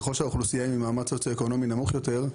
ככל שהאוכלוסייה היא ממעמד סוציו אקונומי נמוך יותר,